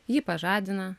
jį pažadina